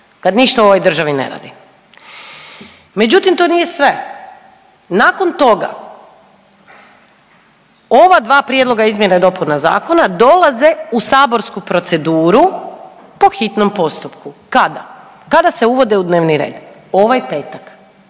kad ništa u ovoj državi ne radi. Međutim, to nije sve. Nakon toga ova dva prijedloga izmjena i dopuna zakona dolaze u saborsku proceduru po hitnom postupku. Kada? Kada se uvode u dnevni red? Ovaj petak.